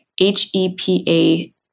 HEPA